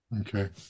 Okay